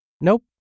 Nope